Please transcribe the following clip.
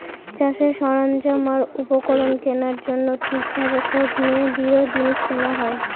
চাষের সরঞ্জাম আর উপকরণ কেনার জন্য ঠিক ভাবে খোঁজ নিয়ে দৃঢ় জিনিস কেনা হয়